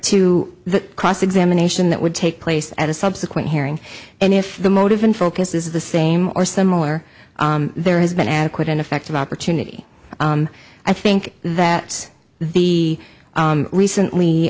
to the cross examination that would take place at a subsequent hearing and if the motive and focus is the same or similar there has been adequate in effect of opportunity i think that the recently